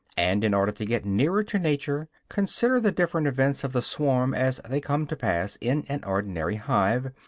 and, in order to get nearer to nature, consider the different events of the swarm as they come to pass in an ordinary hive,